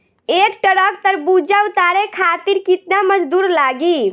एक ट्रक तरबूजा उतारे खातीर कितना मजदुर लागी?